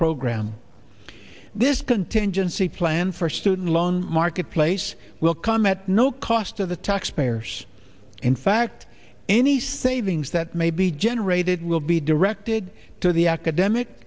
program this contingency plan for student loan marketplace will come at no cost to the taxpayers in fact any savings that may be generated will be directed to the academic